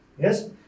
Yes